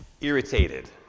irritated